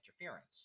interference